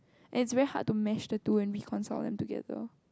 and its very hard to mash the two and reconcile together